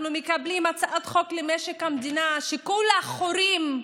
אנחנו מקבלים הצעת חוק למשק המדינה שכולה חורים,